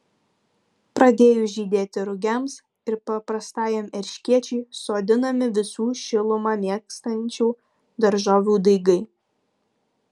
pradėjus žydėti rugiams ir paprastajam erškėčiui sodinami visų šilumą mėgstančių daržovių daigai